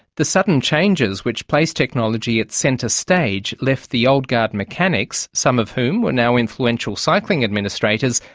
the sudden changes which placed technology at centre-stage, left the old-guard mechanics, some of whom were now influential cycling administrators,